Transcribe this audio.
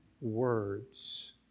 words